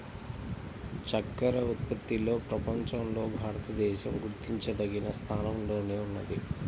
చక్కర ఉత్పత్తిలో ప్రపంచంలో భారతదేశం గుర్తించదగిన స్థానంలోనే ఉన్నది